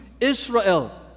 Israel